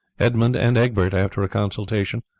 edmund and egbert, after a consultation,